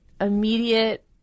immediate